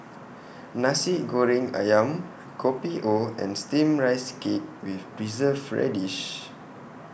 Nasi Goreng Ayam Kopi O and Steamed Rice Cake with Preserved Radish